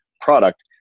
product